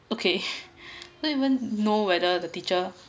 okay don't even know whether the teacher